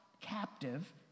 captive